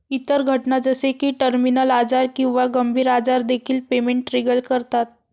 इतर घटना जसे की टर्मिनल आजार किंवा गंभीर आजार देखील पेमेंट ट्रिगर करतात